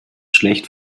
schlecht